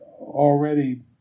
already